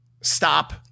stop